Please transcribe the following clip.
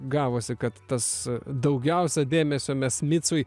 gavosi kad tas daugiausia dėmesio mes micui